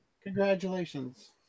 Congratulations